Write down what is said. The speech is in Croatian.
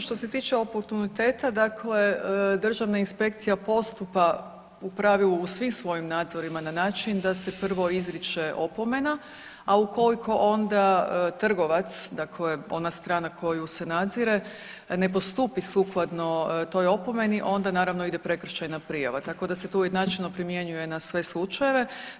Što se tiče oportuniteta dakle državna inspekcija postupa u pravilu u svim svojim nadzorima na način da se prvo izriče opomena, a ukoliko onda trgovac dakle ona strana koju se nadzire ne postupi sukladno toj opomeni onda naravno ide prekršajna prijava, tako da se to ujednačeno primjenjuje na sve slučajeve.